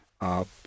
up